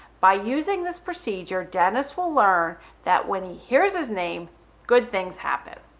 by using this procedure, dennis will learn that when he hear's his name good things happen.